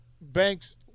Banks